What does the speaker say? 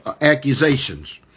accusations